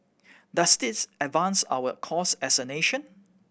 does this advance our cause as a nation